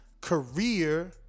career